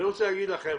לפחות